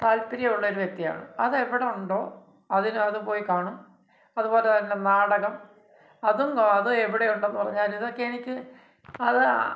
താല്പര്യം ഉള്ളൊരു വ്യക്തിയാണ് അത് എവിടെയുണ്ടോ അതിന് അത് പോയി കാണും അതുപോലെത്തന്നെ നാടകം അതും അത് എവിടെയുണ്ടെന്ന് പറഞ്ഞാലും ഇതൊക്കെ എനിക്ക് അത്